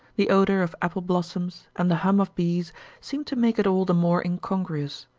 the odor of apple blossoms and the hum of bees seemed to make it all the more incongruous.